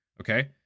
Okay